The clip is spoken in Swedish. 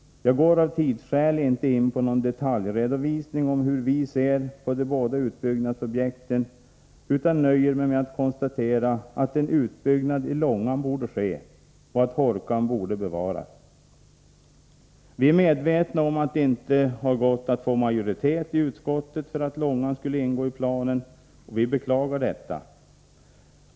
Jag går av tidsskäl inte in på någon detaljredovisning om hur vi ser på de båda utbyggnadsobjekten, utan nöjer mig med att konstatera att en utbyggnad i Långan borde ske och att Hårkan borde bevaras. Vi är medvetna om att det inte har gått att få majoritet i utskottet för att Långan skulle ingå i planen. Vi beklagar detta.